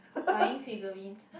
buying figurines